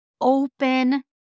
open